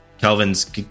Kelvin's